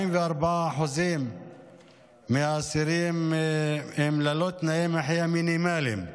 44% מהאסירים הם ללא תנאי מחיה מינימליים,